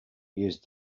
used